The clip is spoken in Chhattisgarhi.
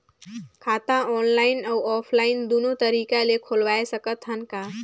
खाता ऑनलाइन अउ ऑफलाइन दुनो तरीका ले खोलवाय सकत हन का?